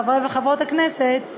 חברות וחברי הכנסת,